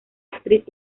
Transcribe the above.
actriz